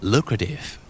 Lucrative